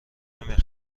نمی